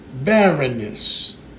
barrenness